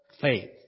faith